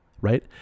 right